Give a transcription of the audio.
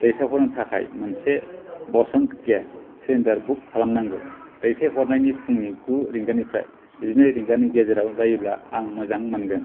दैथाय हरनो थाखाय मोनसे बसन्ट गेस सिलिन्डार बुक खालामनांगौ दैथाय हरनायनि फुंनि गु रिंगानिफ्राय जिनै रिंगानि गेजेराव जायोब्ला आं मोजां मोनगोन